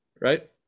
right